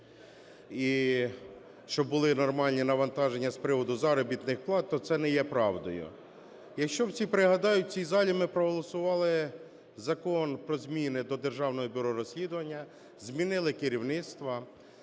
і щоб були нормальні навантаження з приводу заробітних плат, то це не є правдою. Якщо всі пригадають, в цій залі ми проголосували Закон про зміни до Державного бюро розслідувань, змінили керівництво,